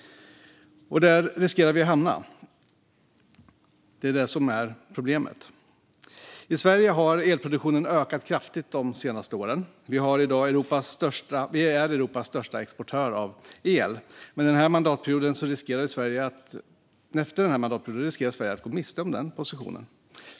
Där riskerar vi att hamna, och det är det som är problemet. I Sverige har elproduktionen ökat kraftigt de senaste åren. Sverige är Europas största exportör av el. Efter den här mandatperioden riskerar Sverige att gå miste om den positionen.